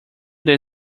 that